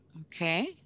Okay